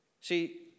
See